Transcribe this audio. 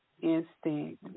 instinct